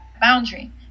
boundary